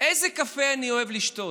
איזה קפה אני אוהב לשתות.